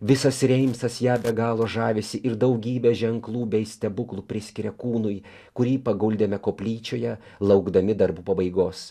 visas reimsas ja be galo žavisi ir daugybę ženklų bei stebuklų priskiria kūnui kurį paguldėme koplyčioje laukdami darbų pabaigos